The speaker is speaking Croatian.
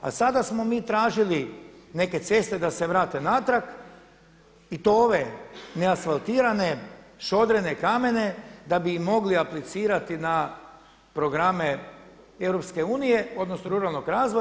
A sada smo mi tražili neke ceste da se vrate natrag i to ove neasfaltirane, šodrene, kamene da bi im mogli aplicirati na programe EU, odnosno ruralnog razvoja.